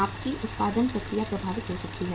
आपकी उत्पादन प्रक्रिया प्रभावित हो सकती है